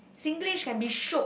Singlish can be shiok